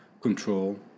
control